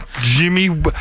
Jimmy